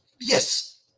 Yes